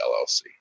LLC